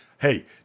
hey